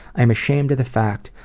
i'm ashamed of the fact,